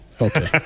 Okay